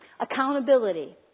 Accountability